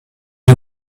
you